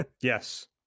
yes